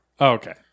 Okay